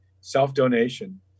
self-donation